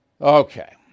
Okay